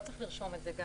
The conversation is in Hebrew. לא צריך לרשום את זה.